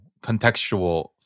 contextual